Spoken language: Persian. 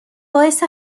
باعث